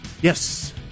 yes